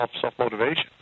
self-motivation